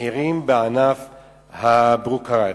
מחירים בענף הברוקראז'.